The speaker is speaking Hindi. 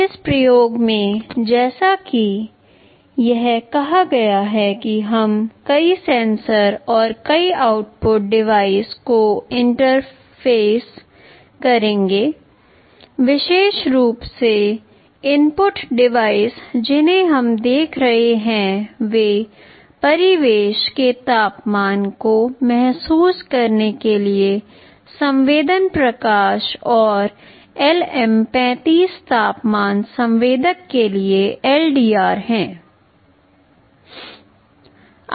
इस प्रयोग में जैसा कि यह कहा गया है कि हम कई सेंसर और कई आउटपुट डिवाइस को इंटरफेयर करेंगे विशेष रूप से इनपुट डिवाइस जिन्हें हम देख रहे हैं वे परिवेश के तापमान को महसूस करने के लिए संवेदन प्रकाश और LM 35 तापमान संवेदक के लिए LDR हैं